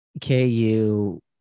KU